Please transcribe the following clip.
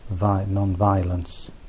non-violence